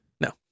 No